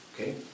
Okay